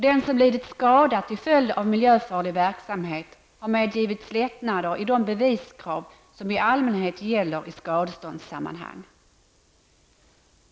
Den som lidit skada till följd av miljöfarlig verksamhet har medgivits lättnader i de beviskrav som i allmänhet gäller i skadeståndssammanhang.